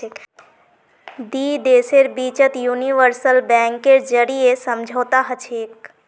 दी देशेर बिचत यूनिवर्सल बैंकेर जरीए समझौता हछेक